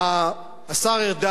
השר ארדן,